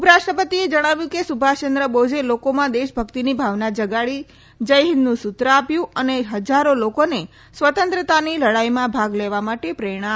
ઉપરાષ્ટ્રપતિએ કહ્યું કે સુભાષચંદ્ર બોઝે લોકોમાં દેશભક્તિની ભાવના જગાડી જયહિંદનું સૂત્ર આપ્યું અને હજારો લોકોને સ્વતંત્રતાની લડાઈમાં ભાગ લેવા માટે પ્રેરણા આપી